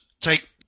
take